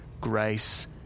grace